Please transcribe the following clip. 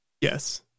yes